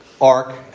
ark